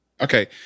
okay